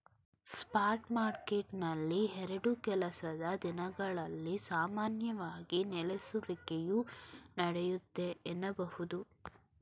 spot ಮಾರ್ಕೆಟ್ನಲ್ಲಿ ಎರಡು ಕೆಲಸದ ದಿನಗಳಲ್ಲಿ ಸಾಮಾನ್ಯವಾಗಿ ನೆಲೆಸುವಿಕೆಯು ನಡೆಯುತ್ತೆ ಎನ್ನಬಹುದು